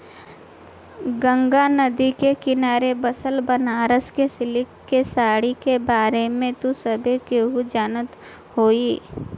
गंगा नदी के किनारे बसल बनारस के सिल्क के साड़ी के बारे में त सभे केहू जानत होई